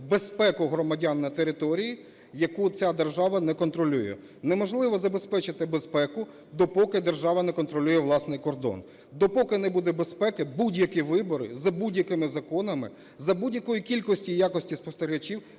безпеку громадян на території, яку ця держава не контролює, неможливо забезпечити безпеку, допоки держава не контролює власний кордон. Допоки не буде безпеки, будь-які вибори за будь-якими законами, за будь-якої кількості і якості спостерігачів